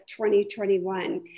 2021